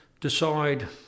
decide